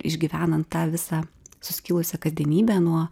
išgyvenant tą visą suskilusią kasdienybę nuo